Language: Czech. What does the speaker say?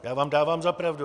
Já vám dávám za pravdu.